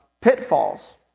pitfalls